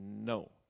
No